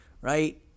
right